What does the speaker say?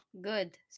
Good